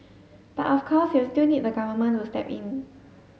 but of course you still need the Government to step in